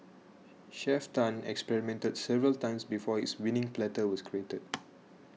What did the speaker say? Chef Tan experimented several times before his winning platter was created